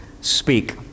Speak